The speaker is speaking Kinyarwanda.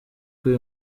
twe